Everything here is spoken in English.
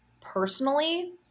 personally